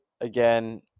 again